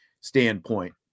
standpoint